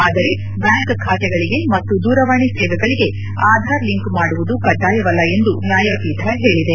ಆದರೆ ಬ್ಯಾಂಕ್ ಖಾತೆಗಳಿಗೆ ಮತ್ತು ದೂರವಾಣಿ ಸೇವೆಗಳಿಗೆ ಆಧಾರ್ ಲಿಂಕ್ ಮಾಡುವುದು ಕಡ್ಡಾಯವಲ್ಲ ಎಂದು ನ್ಯಾಯಪೀಠ ಹೇಳಿದೆ